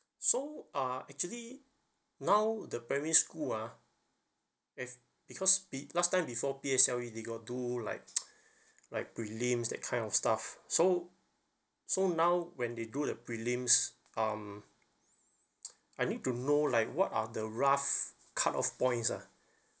so uh actually now the primary school ah if because be last time before P_S_L_E they got do like like prelims that kind of stuff so so now when they do the prelims um I need to know like what are the rough cutoff points ah